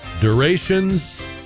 durations